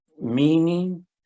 meaning